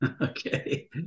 Okay